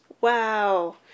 Wow